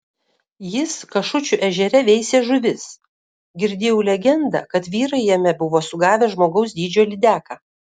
jis kašučių ežere veisė žuvis girdėjau legendą kad vyrai jame buvo sugavę žmogaus dydžio lydeką